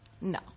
No